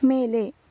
ಮೇಲೆ